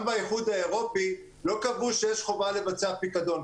גם באיחוד האירופי לא קבעו שיש חובה לבצע פיקדון.